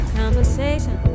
conversation